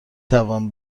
توان